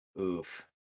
Oof